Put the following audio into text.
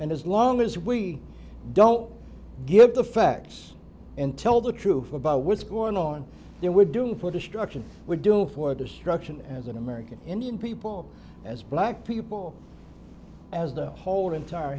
and as long as we don't give the facts and tell the truth about what's going on there we're doing for destruction window for destruction as an american indian people as black people as the whole entire